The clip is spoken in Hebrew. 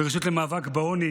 ברשות למאבק בעוני